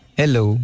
hello